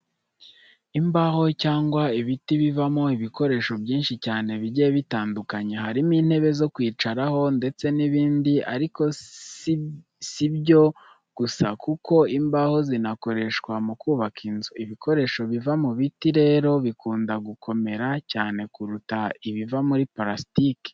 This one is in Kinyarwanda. Imbaho cyangwa ibiti bivamo ibikoresho byinshi cyane bigiye bitandukanye, harimo intebe zo kwicaraho ndetse n'ibindi ariko si ibyo gusa kuko imbaho zinakoreshwa mu kubaka inzu. Ibikoresho biva mu biti rero bikunda gukomera cyane kuruta ibiva muri parasitike.